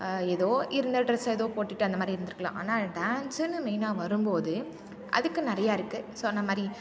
ஏதோ இருந்த டிரெஸ்ஸை ஏதோ போட்டுகிட்டு அந்தமாதிரி இருந்திருக்கலாம் ஆனால் டான்ஸுன்னு மெயினாக வரும்போது அதுக்கு நிறையா இருக்குது சொன்னமாதிரி